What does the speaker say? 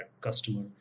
customer